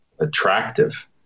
attractive